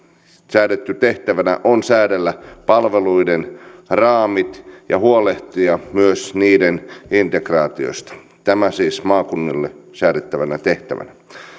säädettynä tehtävänä on säädellä palveluiden raamit ja huolehtia myös niiden integraatiosta tämä siis maakunnille säädettävänä tehtävänä